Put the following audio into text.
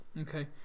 Okay